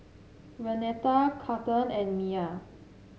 Renata Cathern and Miya